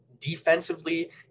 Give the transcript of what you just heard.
defensively